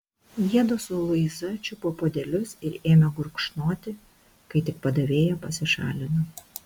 jiedu su luiza čiupo puodelius ir ėmė gurkšnoti kai tik padavėja pasišalino